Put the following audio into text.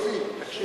יוסי, תקשיב.